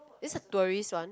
it's a tourist's one